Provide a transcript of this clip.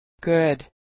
Good